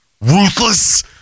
Ruthless